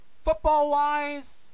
football-wise